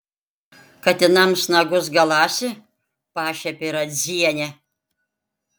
katinams nagus galąsi pašiepė radzienę